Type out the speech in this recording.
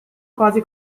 quasi